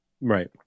Right